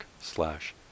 slash